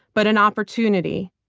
but an opportunity,